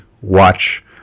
watch